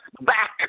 back